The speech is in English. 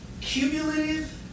cumulative